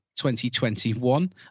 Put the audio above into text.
2021